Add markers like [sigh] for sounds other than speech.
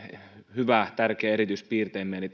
hyvä tärkeä erityispiirteemme eli [unintelligible]